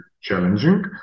challenging